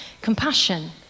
Compassion